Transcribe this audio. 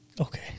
Okay